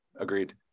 Agreed